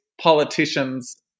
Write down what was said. politicians